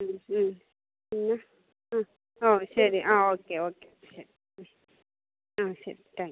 ഉം പിന്നെ ആ ഓ ശരി ആ ഓക്കേ ഓക്കേ ശരി ഉം ആ ശരി താങ്ക് യൂ